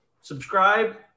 subscribe